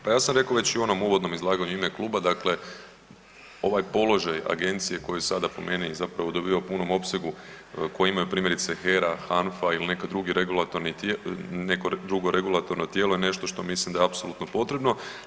Pa ja sam rekao već i u onom uvodnom izlaganju u ime kluba, dakle ovaj položaj agencije koji sada po meni zapravo dobiva u punom opsegu koji imaju primjerice HER-a, HANFA ili neko drugo regulatorno tijelo je nešto što mislim da je apsolutno potrebno.